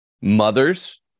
Mothers